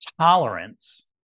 tolerance